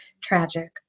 tragic